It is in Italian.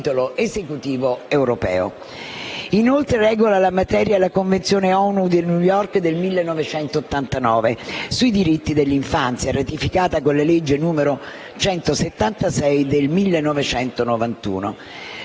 Inoltre, regola la materia la Convenzione ONU di New York del 1989 sui diritti dell'infanzia, ratificata con la legge n. 176 del 1991.